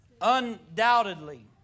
Undoubtedly